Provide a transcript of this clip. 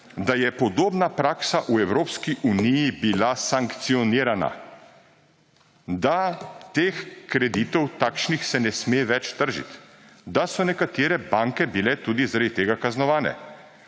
da je podobna praksa v Evropski uniji bila sankcionirana; da teh kreditov, takšnih se ne sme več tržiti, da so nekatere banke bile tudi zaradi tega kaznovane,